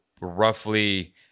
roughly